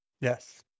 Yes